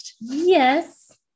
Yes